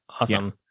Awesome